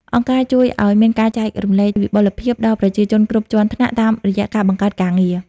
អង្គការជួយឱ្យមាន "ការចែករំលែកវិបុលភាព" ដល់ប្រជាជនគ្រប់ជាន់ថ្នាក់តាមរយៈការបង្កើតការងារ។